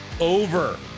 over